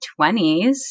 20s